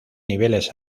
niveles